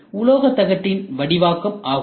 இதுவே உலோகத் தகட்டின் வடிவாக்கம் ஆகும்